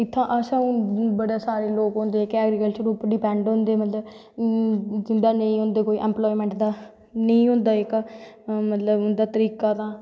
इत्थें असैं हून बड़े सारे लोग होंदे जेह्के ऐग्रीतल्चर उप्पर डिपैंट होंदे मतलव जिंदै नेंई होंदा कोई इंपलाईमैंट तां नीं होंदा जेह्का उंदा तरीका तां